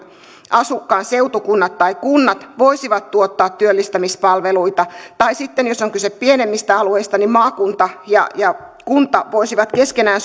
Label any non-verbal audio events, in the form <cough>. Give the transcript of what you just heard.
asukkaan seutukunnat tai kunnat voisivat tuottaa työllistämispalveluita tai sitten jos on kyse pienemmistä alueista niin maakunta ja ja kunta voisivat keskenään <unintelligible>